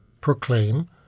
proclaim